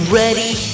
ready